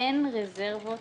אין רזרבות